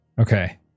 Okay